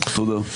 תודה.